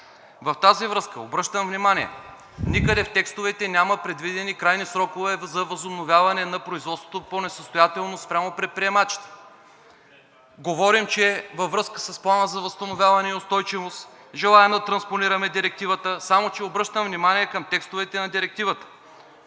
В тази връзка обръщам внимание – никъде в текстовете няма предвидени крайни срокове за възобновяване на производството по несъстоятелност спрямо предприемачите. Говорим, че във връзка с Плана за възстановяване и устойчивост желаем да транспонираме Директивата, само че обръщам внимание на текстовете на Директивата